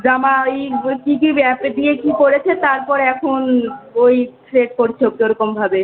জামা ওই ওই কী কী অ্যাপে দিয়ে কী করেছে তারপর এখন ওই থ্রেট করছে ওকে ওরকমভাবে